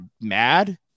mad